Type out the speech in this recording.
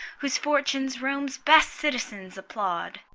whose fortunes rome's best citizens applaud!